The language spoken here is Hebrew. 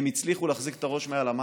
והם הצליחו להחזיק את הראש מעל המים,